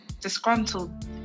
disgruntled